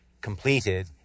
completed